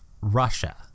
Russia